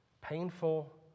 painful